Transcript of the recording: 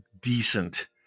decent